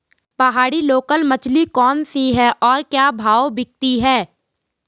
पहाड़ी लोकल मछली कौन सी है और क्या भाव बिकती है?